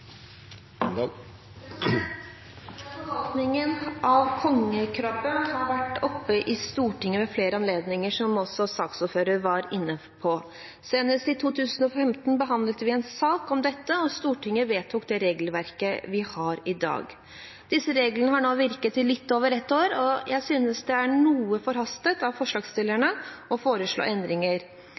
av kongekrabbe har vært oppe i Stortinget ved flere anledninger, som også saksordføreren var inne på. Senest i 2015 behandlet vi en sak om dette, og Stortinget vedtok det regelverket vi har i dag. Disse reglene har nå virket i litt over ett år, og jeg synes det er noe forhastet av forslagsstillerne å foreslå endringer,